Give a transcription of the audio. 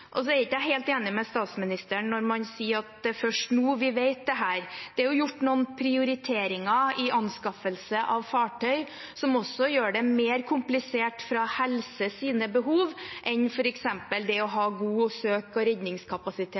Så er jeg ikke helt enig med statsministeren når hun sier at det er først nå vi vet dette. Det er gjort noen prioriteringer i anskaffelse av fartøy som gjør det mer komplisert ut fra helsebehovene, i forhold til f.eks. det å ha god søk- og redningskapasitet